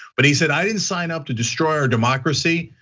but he said i didn't sign up to destroy our democracy.